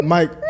Mike